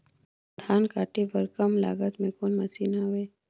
धान काटे बर कम लागत मे कौन मशीन हवय?